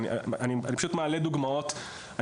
אני פשוט מעלה דוגמאות,